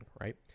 right